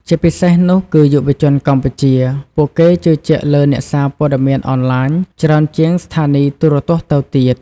ជាពិសេសនោះគឺយុវជនកម្ពុជា ពួកគេជឿជាក់លើអ្នកសារព័ត៌មានអនឡាញច្រើនជាងស្ថានីយ៍ទូរទស្សន៍ទៅទៀត។